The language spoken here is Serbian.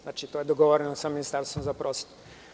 Znači, to je dogovoreno sa Ministarstvom za prosvetu.